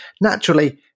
Naturally